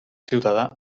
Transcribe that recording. ciutadà